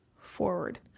forward